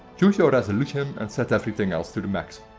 choose your resolution and set everything else to the max.